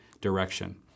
direction